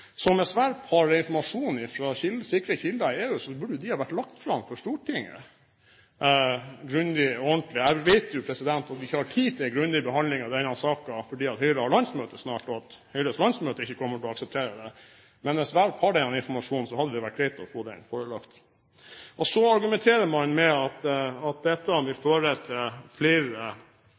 hvis representanten Werp har informasjon fra sikre kilder i EU, burde det vært lagt fram for Stortinget – grundig og ordentlig. Jeg vet jo at man ikke har tid til en grundig behandling av denne saken, for Høyre har landsmøte snart, og at Høyres landsmøte ikke kommer til akseptere det. Men hvis representanten Werp har denne informasjonen, hadde det vært greit å få den forelagt. Så argumenterer man med at dette vil